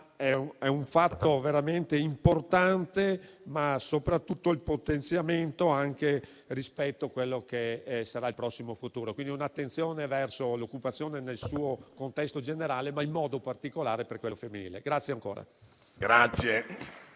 È un fatto veramente importante il riferimento soprattutto al potenziamento rispetto a quello che sarà il prossimo futuro, con un'attenzione verso l'occupazione nel suo contesto generale e, in modo particolare, per quello femminile.